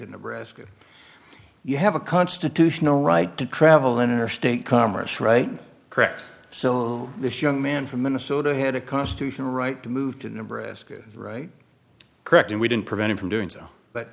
to nebraska you have a constitutional right to travel interstate commerce right correct so this young man from minnesota had a constitutional right to move to nebraska right correct and we didn't prevent him from doing so but